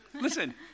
listen